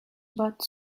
but